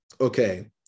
okay